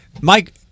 Mike